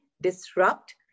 disrupt